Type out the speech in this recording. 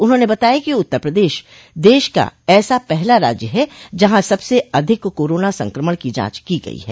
उन्होंने बताया कि उत्तर प्रदेश देश का ऐसा पहला राज्य है जहां सबसे अधिक कोरोना संक्रमण की जांच की गई है